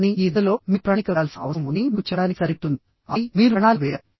కానీ ఈ దశలో మీరు ప్రణాళిక వేయాల్సిన అవసరం ఉందని మీకు చెప్పడానికి సరిపోతుంది ఆపై మీరు ప్రణాళిక వేయాలి